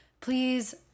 please